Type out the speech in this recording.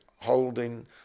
holding